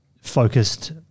focused